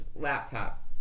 laptop